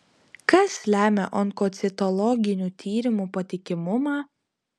kas lemia onkocitologinių tyrimų patikimumą